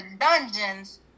dungeons